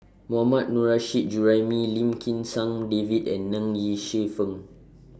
Mohammad Nurrasyid Juraimi Lim Kim San David and Ng Yi Sheng